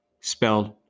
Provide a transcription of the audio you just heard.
spelled